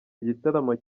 igitaramo